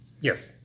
Yes